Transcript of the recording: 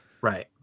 right